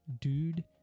Dude